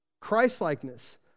Christlikeness